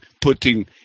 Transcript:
putting